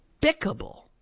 despicable